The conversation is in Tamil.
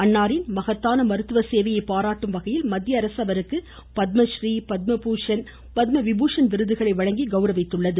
அன்னாரின் மகத்தான மருத்துவ சேவையை பாராட்டும் வகையில் மத்திய அரசு அவருக்கு பத்மறீ பத்ம பூஷன் பத்ம விபூஷன் விருதுகளை வழங்கி கவுரவித்துள்ளது